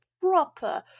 proper